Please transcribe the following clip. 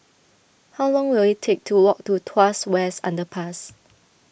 how long will it take to walk to Tuas West Underpass